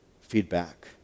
feedback